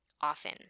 often